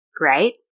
right